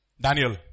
Daniel